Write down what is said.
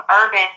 urban